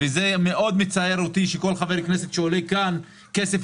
-- וזה מאוד מצער אותי שכל חבר כנסת שעולה כאן כסף